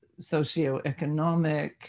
socioeconomic